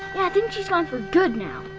yeah, i think she's gone for good now.